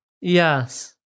Yes